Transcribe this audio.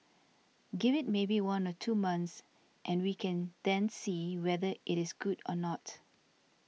give it maybe one or two months and we can then see whether it is good or not